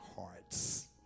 hearts